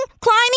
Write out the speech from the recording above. climbing